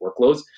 workloads